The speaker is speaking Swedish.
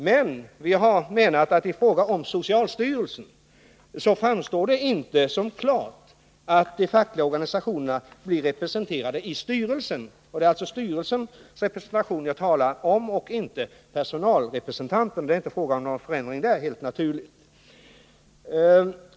Men vi menar att det i fråga om socialstyrelsen inte framstår som självklart att de fackliga organisationerna skall vara representerade i styrelsen. Det är alltså ledamotskapet i styrelsen jag talar om, inte de personalföreträdare som redan nu finns. Där är det helt naturligt inte fråga om någon förändring.